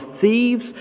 thieves